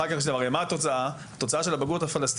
הרי התוצאה של בחינתם במבחני הבגרות של